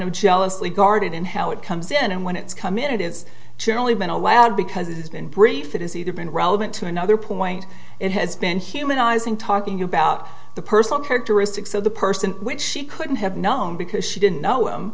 of jealously guarded in how it comes in and when it's come in it is generally been allowed because it's been brief it has either been relevant to another point it has been humanizing talking about the personal characteristics of the person which she couldn't have known because she didn't know him